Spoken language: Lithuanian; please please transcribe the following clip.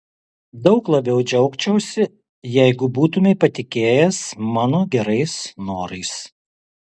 daug labiau džiaugčiausi jeigu būtumei patikėjęs mano gerais norais